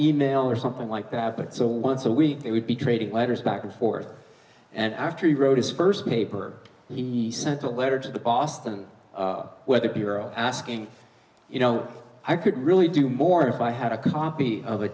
email or something like that but so once a week they would be trading letters back and forth and after he wrote his first paper he sent a letter to the boston weather bureau asking you know i could really do more if i had a copy of